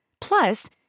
Plus